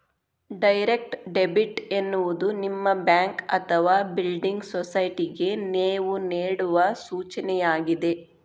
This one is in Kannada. ಡೈರೆಕ್ಟ್ ಡೆಬಿಟ್ ಎನ್ನುವುದು ನಿಮ್ಮ ಬ್ಯಾಂಕ್ ಅಥವಾ ಬಿಲ್ಡಿಂಗ್ ಸೊಸೈಟಿಗೆ ನೇವು ನೇಡುವ ಸೂಚನೆಯಾಗಿದೆ